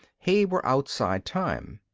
he were outside time.